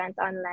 online